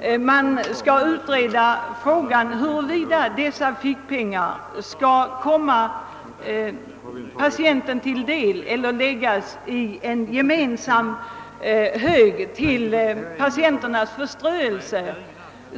gäller utredning om dessa fickpengar skall komma patienten till del eller läggas i en gemensam hög till patienternas förströelse.